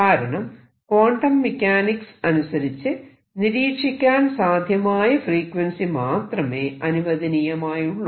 കാരണം quantum mechanics അനുസരിച്ച് നിരീക്ഷിക്കാൻ സാധ്യമായ ഫ്രീക്വൻസി മാത്രമേ അനുവദനീയമായുള്ളൂ